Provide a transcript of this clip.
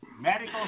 Medical